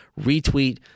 retweet